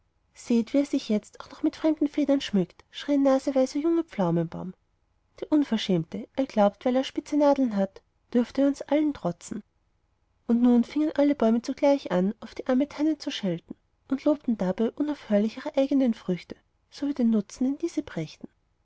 seht wie er sich jetzt auch noch mit fremden federn schmückt schrie ein naseweiser junger pflaumenbaum der unverschämte er glaubt weil er spitze nadeln habe dürfe er uns allen trotzen und nun fingen alle bäume zugleich an auf die arme tanne zu schelten und lobten dabei unaufhörlich ihre eigenen früchte sowie den nutzen den diese brächten